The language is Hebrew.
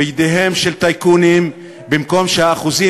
בידיהם של טייקונים במקום שהאחוזים